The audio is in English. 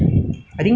so I think like